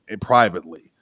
privately